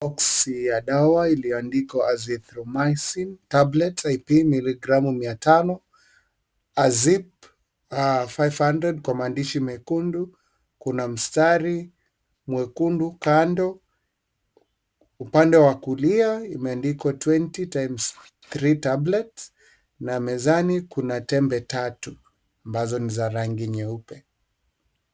Boxi ya dawa iliyoandikwa Aithromycin Tablet IP miligramu mia tano AZICIP-500 kwa maandishi mekundu kuna mstari mwekundu kando upande wa kulia imeandikwa twenty times three tablets na mezani kuna tembe tatu amabzo ni za rangi nyeupe.